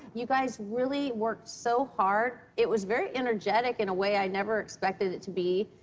you guys really worked so hard. it was very energetic in a way i never expected it to be.